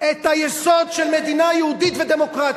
את היסוד של מדינה יהודית ודמוקרטית.